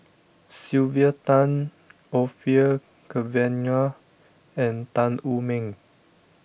Sylvia Tan Orfeur Cavenagh and Tan Wu Meng